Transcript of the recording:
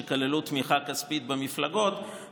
שכללו תמיכה כספית במפלגות,